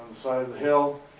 side of the hill,